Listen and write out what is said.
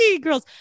girls